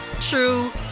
true